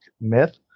myth